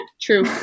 True